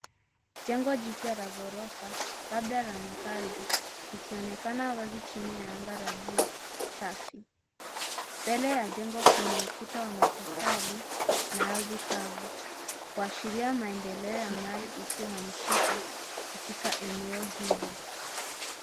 Jengo jipya la ghorofa, labda la makazi likionekana wazi chini ya anga la blue safi. Mbele ya jengo kuna ukuta wa matofali na ardhi kavu, kuashiria maendeleo ya mali isiyohamishika, katika eneo hilo.